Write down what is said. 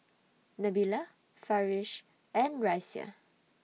Nabila Farish and Raisya